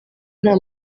nta